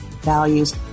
Values